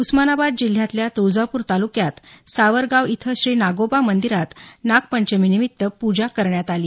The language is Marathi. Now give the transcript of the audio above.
उस्मानाबाद जिल्ह्यातल्या तुळजापूर तालुक्यात सावरगाव इथं श्री नागोबा मंदिरात नागपंचमीनिमीत्त पूजा करण्यात आली